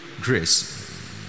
grace